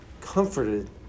comforted